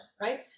right